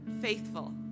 faithful